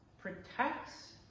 protects